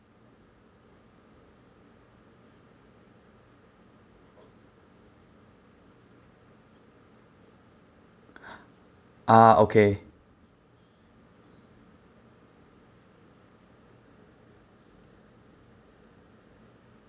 uh okay